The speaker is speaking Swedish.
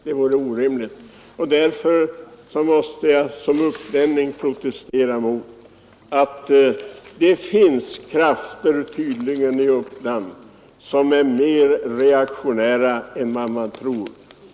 Det vore orimligt, och därför måste jag som upplänning protestera mot att det tydligen finns krafter i Uppland som är mer reaktionära än vad man tror.